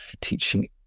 teaching